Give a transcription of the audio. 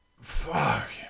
Fuck